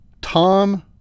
Tom